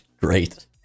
great